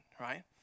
right